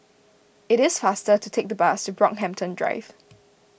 it is faster to take the bus to Brockhampton Drive